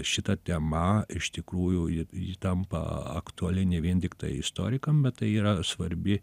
šita tema iš tikrųjų ir ji tampa aktuali ne vien tiktai istorikam bet tai yra svarbi